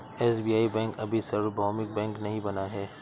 SBI bank अभी सार्वभौमिक bank नहीं बना है